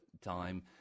time